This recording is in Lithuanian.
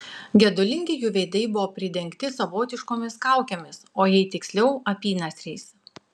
gedulingi jų veidai buvo pridengti savotiškomis kaukėmis o jei tiksliau apynasriais